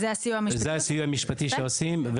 זה הסיוע המשפטי שעושים.